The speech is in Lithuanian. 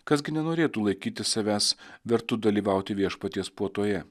kas gi nenorėtų laikyti savęs vertu dalyvauti viešpaties puotoje